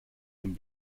dem